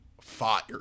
fire